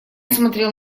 смотрел